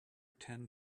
ten